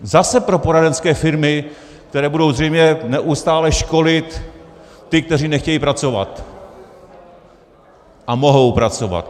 Zase pro poradenské firmy, které budou zřejmě neustále školit ty, kteří nechtějí pracovat a mohou pracovat.